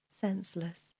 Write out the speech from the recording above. senseless